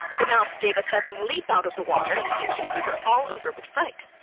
the mouse gave a sudden leap out of the water, and seemed to quiver all over with fright.